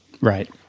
Right